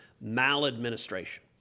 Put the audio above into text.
maladministration